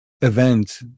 event